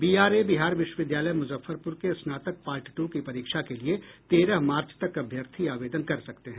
BRA Bihar विश्वविद्यालय मुजफफरपुर के स्नातक पार्ट टू की परीक्षा के लिए तेरह मार्च तक अभ्यर्थी आवेदन कर सकते हैं